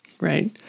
Right